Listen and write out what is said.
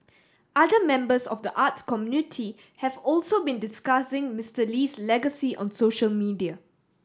other members of the arts community have also been discussing Mister Lee's legacy on social media